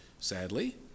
sadly